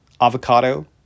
avocado